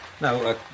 No